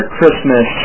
Christmas